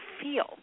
feel